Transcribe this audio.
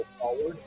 forward